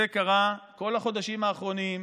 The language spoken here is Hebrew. זה קרה כל החודשים האחרונים,